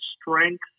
strength